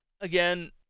Again